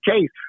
case